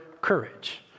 courage